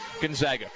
Gonzaga